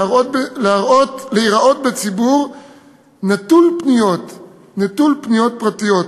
להיראות בציבור נטול פניות פרטיות,